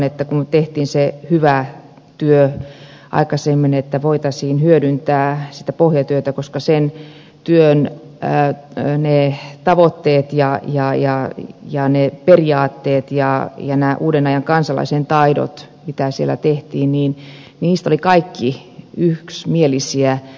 toivonkin kun tehtiin se hyvä työ aikaisemmin että voitaisiin hyödyntää sitä pohjatyötä koska sen työn tavoitteista ja periaatteista ja uuden ajan kansalaisen taidoista mitä siellä käsiteltiin olivat kaikki yksimielisiä